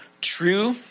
true